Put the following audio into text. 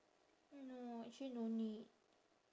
no actually no need